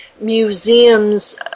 museums